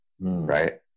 right